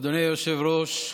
אדוני היושב-ראש,